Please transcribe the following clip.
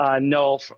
No